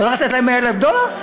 אתה הולך לתת להם 100,000 דולר?